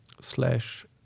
slash